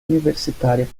universitária